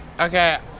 Okay